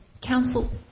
Council